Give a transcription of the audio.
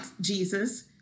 Jesus